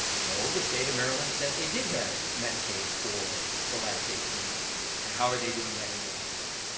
no, the state of maryland said they did have medicaid for the last eighteen months. and how are they doing that in getting to that?